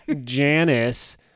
Janice